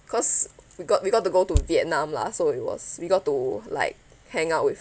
cause we got we got to go to vietnam lah so we was we got to like hang out with